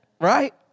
right